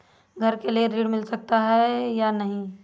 घर के लिए ऋण मिल सकता है या नहीं?